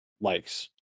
likes